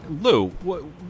Lou